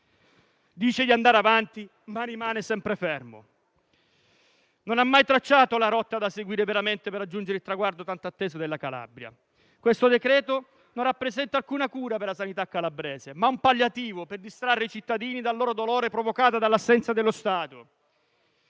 dice di andare avanti, ma rimane sempre fermo. Non ha mai tracciato la rotta da seguire veramente per raggiungere il traguardo tanto atteso dalla Calabria. Questo decreto rappresenta non una cura per la sanità calabrese, ma un palliativo per distrarre i cittadini dal loro dolore, provocato dall'assenza dello Stato.